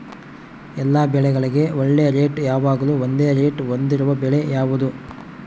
ಎಲ್ಲ ಬೆಳೆಗಳಿಗೆ ಒಳ್ಳೆ ರೇಟ್ ಯಾವಾಗ್ಲೂ ಒಂದೇ ರೇಟ್ ಹೊಂದಿರುವ ಬೆಳೆ ಯಾವುದು?